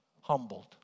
humbled